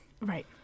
Right